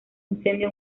incendio